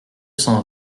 cent